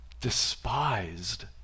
despised